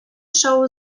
шоу